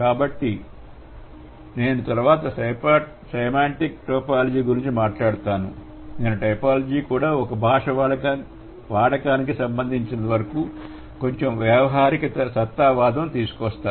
కాబట్టి తరువాత నేను సెమాంటిక్ టైపోలాజీ గురించి మాట్లాడుతాను నేను టైపోలాజీ కూడా భాష వాడకానికి సంబంధించినంతవరకు కొంచెం వ్యావహారికసత్తావాదం తీసుకువస్తాను